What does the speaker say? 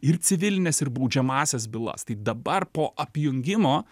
ir civilines ir baudžiamąsias bylas tai dabar po apjungimo